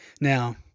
Now